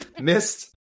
Missed